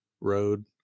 road